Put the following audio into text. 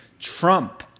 trump